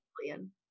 billion